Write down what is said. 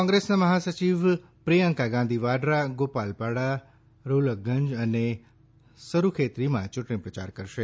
કોંગ્રેસનાં મહાસચિવ પ્રિયકા ગાંધી વાડ્રા ગોપાલપાડા ગોલકગંજ અને સરુખેત્રીમાં ચુંટણી પ્રયાર કરશે